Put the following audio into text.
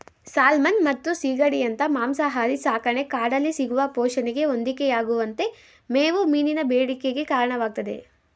salmon ಮತ್ತು ಸೀಗಡಿಯಂತ ಮಾಂಸಾಹಾರಿ ಸಾಕಣೆ ಕಾಡಲ್ಲಿ ಸಿಗುವ ಪೋಷಣೆಗೆ ಹೊಂದಿಕೆಯಾಗುವಂತೆ ಮೇವು ಮೀನಿನ ಬೇಡಿಕೆಗೆ ಕಾರಣವಾಗ್ತದೆ